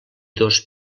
dos